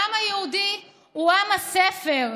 העם היהודי הוא עם הספר.